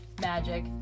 Magic